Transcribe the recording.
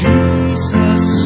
Jesus